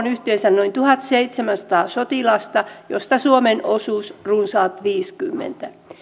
yhteensä noin tuhatseitsemänsataa sotilasta joista suomen osuus on runsaat viisikymmentä